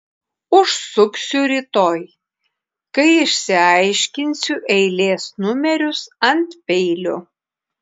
užsuksiu rytoj kai išsiaiškinsiu eilės numerius ant peilio